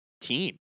team